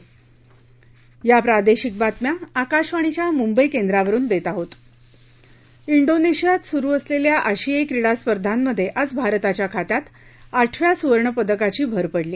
ा डोनेशियात सुरु असलेल्या आशियाई क्रीडा स्पर्धांमध्ये आज भारताच्या खात्यात आठव्या सुवर्णपदकाची भर पडली